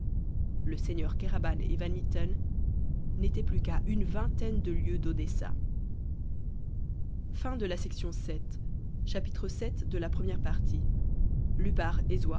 le seigneur kéraban et van mitten n'étaient plus qu'à une vingtaine de lieues d'odessa